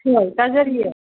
ꯍꯣꯏ ꯇꯥꯖꯔꯤꯑꯦ